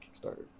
Kickstarter